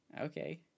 okay